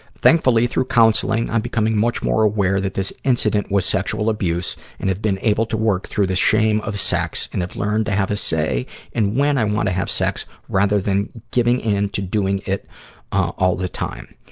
thankfully through counseling, i'm becoming much more aware that this incident was sexual abuse and have been able to work through the shame of sex and have learned to have a say in when i wanna have sex, rather than giving in to doing it all the time.